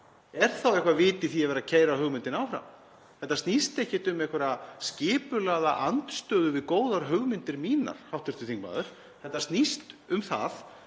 Er þá eitthvert vit í því að vera að keyra hugmyndin áfram? Þetta snýst ekkert um einhverja skipulagða andstöðu við góðar hugmyndir mínar, hv. þingmaður. Þetta snýst um það